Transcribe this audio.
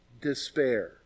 despair